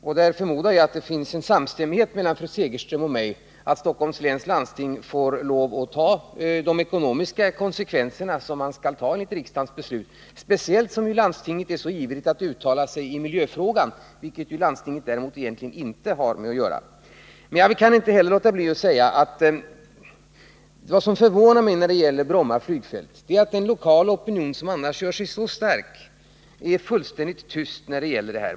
Jag förmodar att det finns en samstämmighet mellan fru Segerström och mig om att Stockholms läns landsting får lov att ta de ekonomiska konsekvenser som det skall ta enligt riksdagens beslut — speciellt som ju landstinget är så ivrigt att uttala sig i miljöfrågan, som landstinget däremot egentligen inte har med att göra. Vad som förvånar mig när det gäller Bromma flygfält är att en lokal opinion, som annars gör sig så stark, är fullständigt tyst om detta.